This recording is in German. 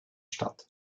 statt